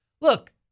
Look